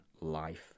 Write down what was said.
life